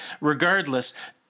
Regardless